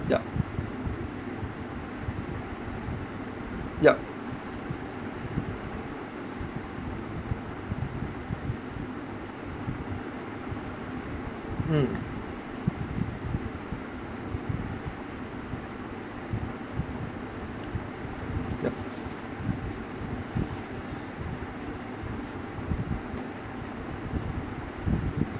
yup yup mm yup